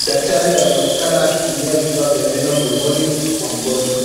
Daktari anaonekana akitumia vifaa vya meno mdomoni wa mgonjwa.